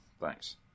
Thanks